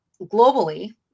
globally